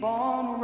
on